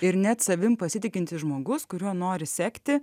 ir net savimi pasitikintis žmogus kuriuo nori sekti